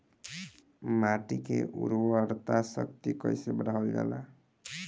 माटी के उर्वता शक्ति कइसे बढ़ावल जाला?